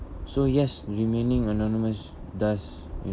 so yes remaining anonymous does